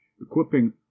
equipping